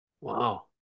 Wow